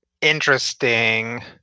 interesting